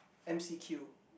M_C_Q